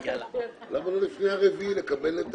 למה לא לפני אפריל לקבל?